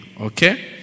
okay